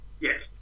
Yes